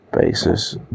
basis